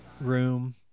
room